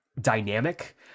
dynamic